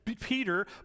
Peter